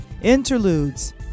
Interludes